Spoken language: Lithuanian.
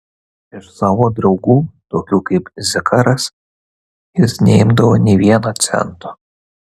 iš savo draugų tokių kaip zikaras jis neimdavo nė vieno cento